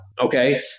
Okay